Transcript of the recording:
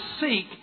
seek